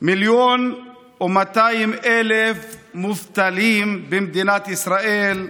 מיליון ו-200,000 מובטלים במדינת ישראל,